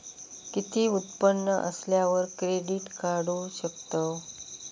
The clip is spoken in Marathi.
किती उत्पन्न असल्यावर क्रेडीट काढू शकतव?